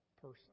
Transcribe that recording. person